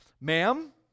Ma'am